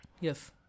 Yes